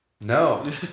No